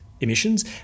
emissions